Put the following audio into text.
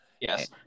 Yes